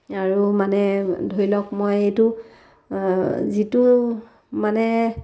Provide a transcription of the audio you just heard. আৰু মানে ধৰি লওক মই এইটো যিটো মানে